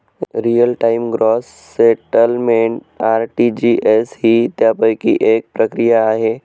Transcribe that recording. real time gross settlement RTGS ही त्यापैकी एक प्रक्रिया आहे